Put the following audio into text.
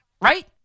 right